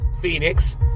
Phoenix